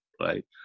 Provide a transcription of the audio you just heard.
right